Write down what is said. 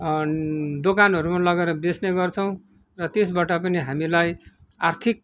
दोकानहरूमा लगेर बेच्ने गर्छौँ र त्यसबाट पनि हामीलाई आर्थिक